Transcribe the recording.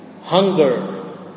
hunger